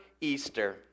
Easter